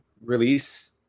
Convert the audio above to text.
release